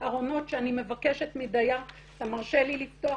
שאני מבקשת מדייר אתה מרשה לי לפתוח,